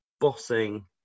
bossing